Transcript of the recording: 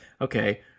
okay